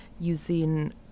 using